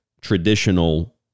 traditional